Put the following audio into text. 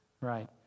Right